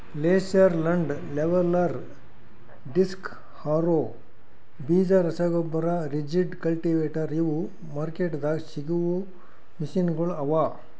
laser land leveller, disc harrow, ಬೀಜ ರಸಗೊಬ್ಬರ, rigid, cultivator ಇವು ಮಾರ್ಕೆಟ್ದಾಗ್ ಸಿಗವು ಮೆಷಿನಗೊಳ್ ಅವಾ